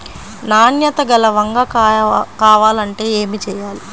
నాణ్యత గల వంగ కాయ కావాలంటే ఏమి చెయ్యాలి?